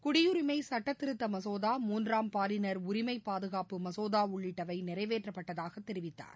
குடியுரிமை சுட்டத்திருத்த மசோதா மூன்றாம் பாலினர் உரிமை பாதுகாப்பு மசோதா உள்ளிட்டவை நிறைவேற்றப்பட்டதாகத் தெரிவித்தார்